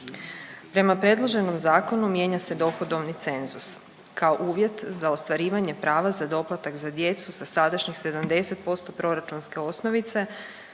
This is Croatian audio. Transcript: Prema predloženom zakonu mijenja se dohodovni cenzus kao uvjet za ostvarivanje prava za doplatak za djecu sa sadašnjih 70% proračunske osnovice